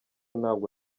ntabwo